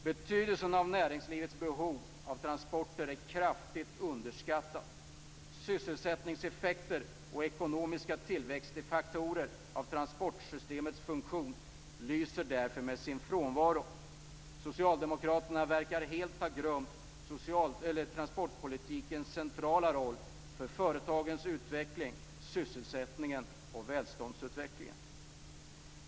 Betydelsen av näringslivets behov av transporter är kraftigt underskattad. Sysselsättningseffekter och ekonomiska tillväxtfaktorer av transportsystemets funktion lyser därför med sin frånvaro. Socialdemokraterna verkar helt ha glömt transportpolitikens centrala roll för företagens utveckling, sysselsättningen och välståndsutvecklingen.